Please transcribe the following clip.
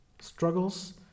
struggles